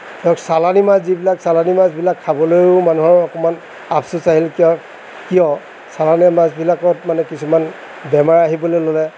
ধৰক চালানী মাছ যিবিলাক চালানী মাছবিলাক খাবলৈও মানুহৰ অকণমান আফচোচ আহিল কিয় কিয় চালানী মাছবিলাকত মানে কিছুমান বেমাৰ আহিবলৈ ল'লে